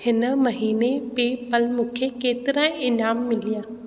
हिन महीने पे पल मूंखे केतिरा इनाम मिलिया